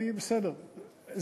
בסדר,